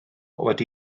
wedi